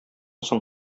соң